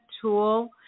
tool